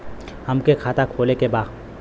हमके खाता खोले के बा?